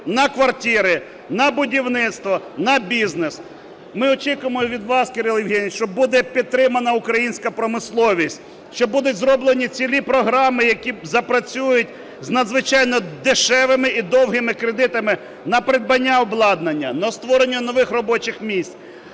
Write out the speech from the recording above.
на квартири, на будівництво, на бізнес. Ми очікуємо від вас, Кирил Євгенович, що буде підтримана українська промисловість, що будуть зроблені цілі програми, які запрацюють з надзвичайно дешевими і довгими кредитами на придбання обладнання, на створення нових робочих місць,